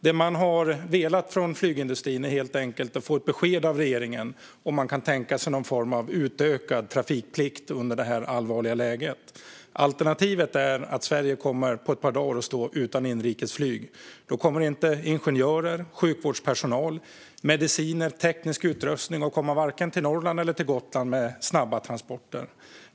Det flygindustrin velat är helt enkelt att få besked av regeringen om man kan tänka sig någon form av utökad trafikplikt i detta allvarliga läge. Alternativet är att Sverige på ett par dagar kommer att stå utan inrikesflyg. Då kommer inte ingenjörer, sjukvårdspersonal, mediciner eller teknisk utrustning att komma vare sig till Norrland eller till Gotland med snabba transporter.